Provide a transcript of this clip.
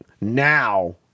Now